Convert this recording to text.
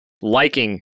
liking